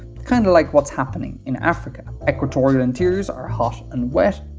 kind of like what's happening in africa. equatorial interiors are hot and wet,